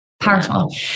Powerful